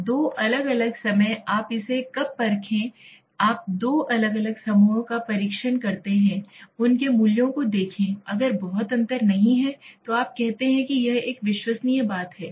तो 2 अलग अलग समय आप इसे कब परखें आप दो अलग अलग समयों का परीक्षण करते हैं उनके मूल्यों को देखें अगर बहुत अंतर नहीं है तो आप कहते हैं कि यह है विश्वसनीय बात हैं